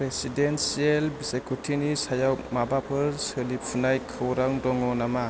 presidential बिसायख'थिनि सायाव माबाफोर सोलिफुनाय खौरां दङ नामा